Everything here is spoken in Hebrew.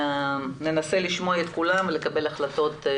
ננסה לשמוע את כולם ולקבל החלטות.